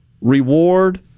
reward